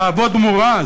תעבוד מורה,